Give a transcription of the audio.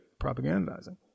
propagandizing